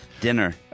dinner